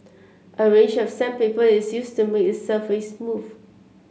a range of sandpaper is used to make the surface smooth